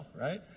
Right